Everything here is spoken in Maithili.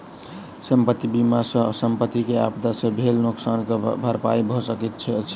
संपत्ति बीमा सॅ संपत्ति के आपदा से भेल नोकसान के भरपाई भअ सकैत अछि